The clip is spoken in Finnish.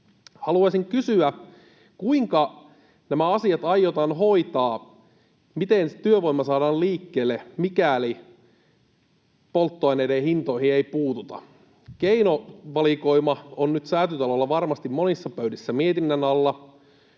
Haluaisin kysyä, kuinka nämä asiat aiotaan hoitaa. Miten työvoima saadaan liikkeelle, mikäli polttoaineiden hintoihin ei puututa? Keinovalikoima on nyt Säätytalolla varmasti monissa pöydissä mietinnän alla,